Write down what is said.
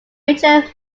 ranger